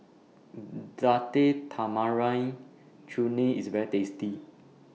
Date Tamarind Chutney IS very tasty